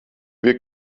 wir